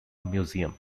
museum